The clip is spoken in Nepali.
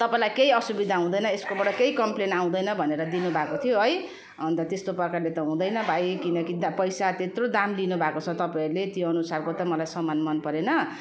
तपाईँलाई केही असुविधा हुँदैन यसकोबाट केही कम्प्लेन आउँदैन भनेर दिनु भएको थियो है अन्त त्यस्तो प्ररकारले त हुँदैन भाइ किनकि त अब पैसा त्यत्रो दाम लिनु भएको छ तपाईँहरूले त्यो अनुसारको त सामान